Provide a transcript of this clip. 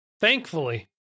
thankfully